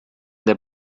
der